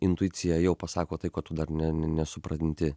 intuicija jau pasako tai ko tu dar ne nesupranti